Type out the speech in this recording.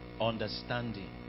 understanding